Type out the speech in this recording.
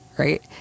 Right